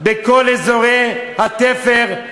בכל האזורי התפר.